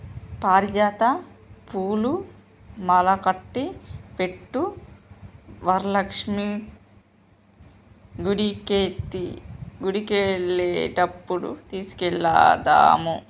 పారిజాత పూలు మాలకట్టి పెట్టు వరలక్ష్మి గుడికెళ్లేటప్పుడు తీసుకెళదాము